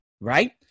right